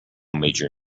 major